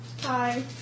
Hi